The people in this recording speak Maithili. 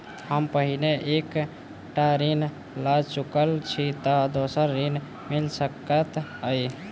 हम पहिने एक टा ऋण लअ चुकल छी तऽ दोसर ऋण मिल सकैत अई?